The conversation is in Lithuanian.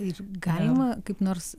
ir galima kaip nors